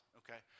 okay